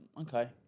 Okay